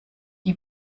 die